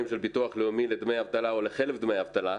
של ביטוח לאומי לדמי אבטלה או לחלף דמי אבטלה.